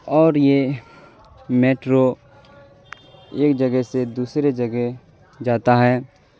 اور یہ میٹرو ایک جگہ سے دوسرے جگہ جاتا ہے